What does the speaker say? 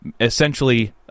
essentially